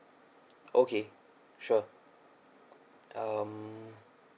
okay sure um